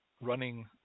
running